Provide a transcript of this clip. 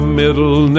middle